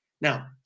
Now